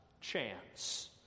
chance